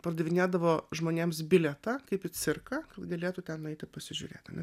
pardavinėdavo žmonėms bilietą kaip į cirką kad galėtų ten nueiti pasižiūrėt ane